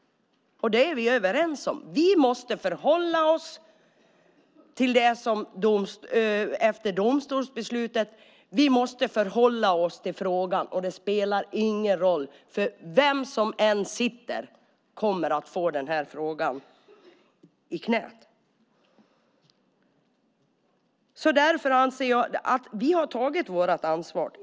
Det är vi överens om. Vi måste förhålla oss till domstolsbeslutet och frågan. Det spelar ingen roll, vem som än sitter kommer att få frågan i sitt knä. Jag anser att vi har tagit vårt ansvar.